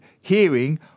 hearing